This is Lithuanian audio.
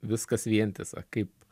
viskas vientisa kaip